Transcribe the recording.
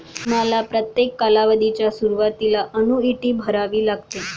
तुम्हाला प्रत्येक कालावधीच्या सुरुवातीला अन्नुईटी भरावी लागेल